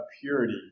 purity